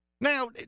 Now